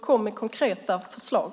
Kom med konkreta förslag!